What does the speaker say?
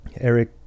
Eric